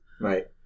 Right